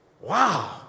wow